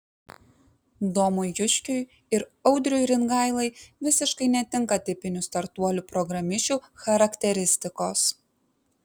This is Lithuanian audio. domui juškiui ir audriui ringailai visiškai netinka tipinių startuolių programišių charakteristikos